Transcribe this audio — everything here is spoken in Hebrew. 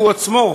הוא עצמו,